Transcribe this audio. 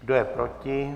Kdo je proti?